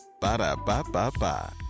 Ba-da-ba-ba-ba